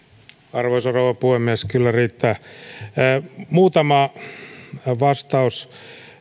arvoisa rouva puhemies kyllä kolme minuuttia riittää muutama vastaus